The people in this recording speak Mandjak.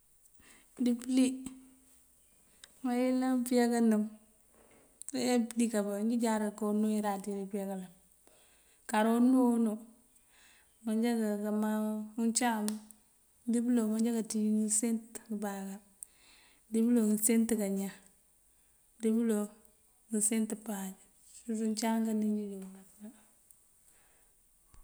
Dí pёlí mayёlan pёyá kanёm tee pёlí kabá injí jáaţá karatir pёyá kanёm. Kara unύ o unύ, manjá káman uncáam dibёloŋ manjá kaţij ngёsent ngёbaakёr, dibёloŋ ngёsent kañan dibёloŋ ngёsent páaj. Ţul ţí uncáam kanёm doon ucí.